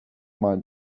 mind